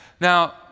Now